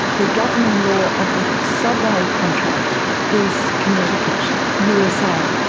the governing law of the subway contract is connecticut, usa.